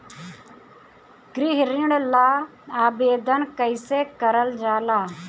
गृह ऋण ला आवेदन कईसे करल जाला?